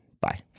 Bye